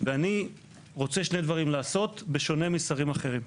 ואני רוצה לעשות שני דברים בשונה משרים אחרים: